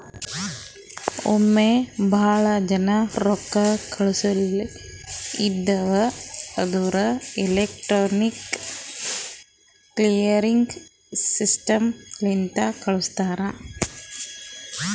ಒಮ್ಮೆ ಭಾಳ ಜನಾ ರೊಕ್ಕಾ ಕಳ್ಸವ್ ಇದ್ಧಿವ್ ಅಂದುರ್ ಎಲೆಕ್ಟ್ರಾನಿಕ್ ಕ್ಲಿಯರಿಂಗ್ ಸಿಸ್ಟಮ್ ಲಿಂತೆ ಕಳುಸ್ತಾರ್